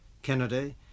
Kennedy